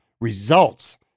results